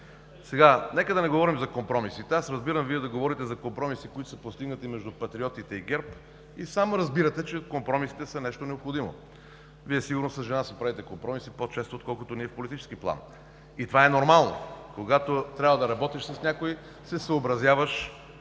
Сега нека да не говорим за компромисите. Разбирам Вие да говорите за компромиси, които са постигнати между Патриотите и ГЕРБ, но сам разбирате, че компромисите са нещо необходимо. Сигурно с жена си правите компромиси по-често, отколкото ние в политически план, и това е нормално – когато трябва да работиш с някого, се съобразяваш